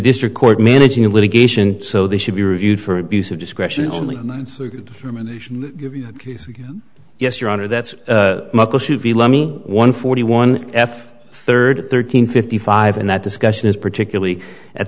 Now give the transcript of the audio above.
district court managing the litigation so this should be reviewed for abuse of discretion only yes your honor that's one forty one f third thirteen fifty five and that discussion is particularly at